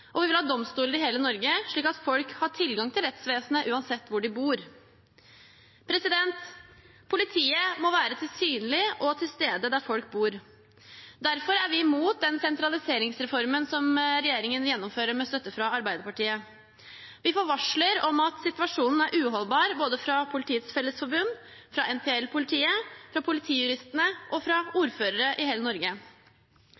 livet. Vi vil ha domstoler i hele Norge slik at folk har tilgang til rettsvesenet uansett hvor de bor. Politiet må være synlig og til stede der folk bor. Derfor er vi imot den sentraliseringsreformen som regjeringen gjennomfører med støtte fra Arbeiderpartiet. Vi får varsler om at situasjonen er uholdbar – både fra Politiets fellesforbund, fra NTL Politiet, fra Politijuristene og fra